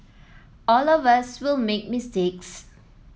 all of us will make mistakes